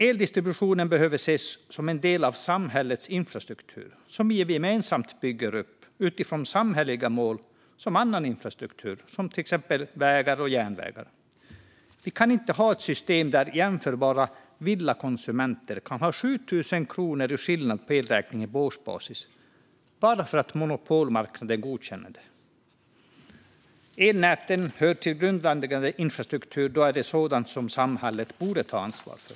Eldistributionen behöver ses som en del av samhällets infrastruktur som vi gemensamt bygger upp utifrån samhälleliga mål, som annan infrastruktur, till exempel vägar och järnvägar. Vi kan inte ha ett system där jämförbara villakonsumenter kan ha 7 000 kronor i skillnad på elräkningen på årsbasis, bara för att monopolmarknaden godkänner det. Elnäten hör till grundläggande infrastruktur, och det är sådant som samhället borde ta ansvar för.